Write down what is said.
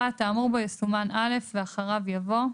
1. האמור בו יסומן "(א)" ואחריו יבוא: